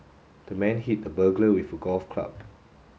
the man hit the burglar with a golf club